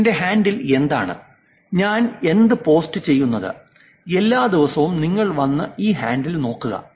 എന്റെ ഹാൻഡിൽ എന്താണ് ഞാൻ എന്ത് പോസ്റ്റാണ് ചെയ്യുന്നത് എല്ലാ ദിവസവും നിങ്ങൾ വന്നു ഈ ഹാൻഡിൽ നോക്കുക